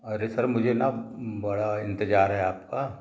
अरे सर मुझे न बड़ा इंतजार है आपका